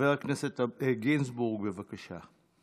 חבר הכנסת גינזבורג, בבקשה.